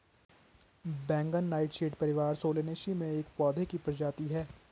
बैंगन नाइटशेड परिवार सोलानेसी में एक पौधे की प्रजाति है